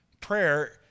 Prayer